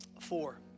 four